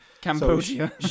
Cambodia